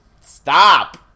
Stop